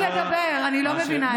מותר לי לדבר, אני לא מבינה את זה.